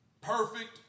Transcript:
perfect